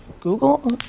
Google